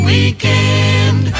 Weekend